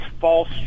false